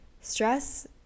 Stress